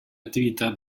attività